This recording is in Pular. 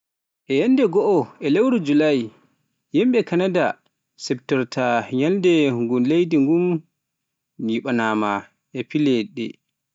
E yannde goo e lewru julai, yimbe kanada iftora ñalngu ngu leydi mum en jibinaa e defile